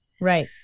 Right